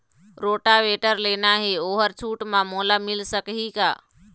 Rotavator लेना हे ओहर छूट म मोला मिल सकही का?